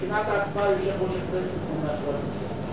מבחינת ההצבעה, יושב-ראש הכנסת הוא מהקואליציה.